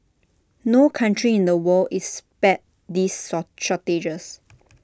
no country in the world is spared these sort shortages